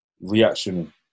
reaction